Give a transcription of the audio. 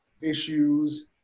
issues